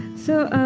so,